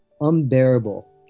unbearable